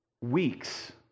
weeks